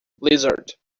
lizard